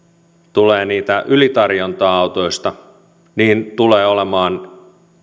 tulee ylitarjontaa autoista niin tulee olemaan